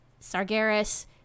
Sargeras